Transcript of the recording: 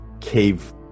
cave